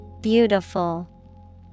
Beautiful